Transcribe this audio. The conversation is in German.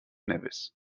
nevis